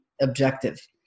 objective